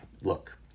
look